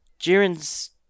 Jiren's